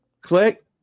Click